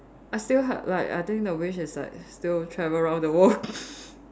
I still have like I think the wish is like still travel around the world